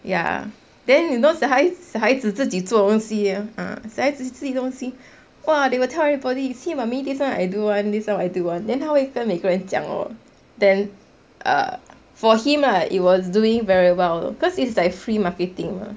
ya then 很多小孩小孩子自己做东西小孩子记东西 !wah! they will tell everybody see mummy this [one] I do [one] this [one] I do [one] then 他会跟每个人讲 lor then err for him lah it was doing very well because it's like free marketing mah